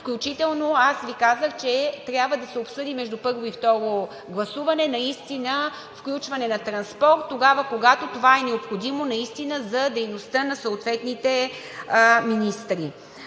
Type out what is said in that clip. Включително Ви казах, че трябва да се обсъди между първо и второ гласуване включване на транспорт тогава, когато това е необходимо наистина за дейността на съответните министри.